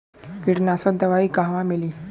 कीटनाशक दवाई कहवा मिली?